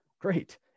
great